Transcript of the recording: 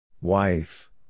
Wife